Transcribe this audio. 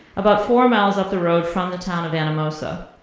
about four miles up the road from the town of anamosa.